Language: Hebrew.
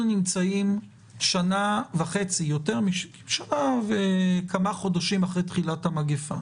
אנחנו נמצאים שנה וחצי אחרי תחילת המגפה